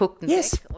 Yes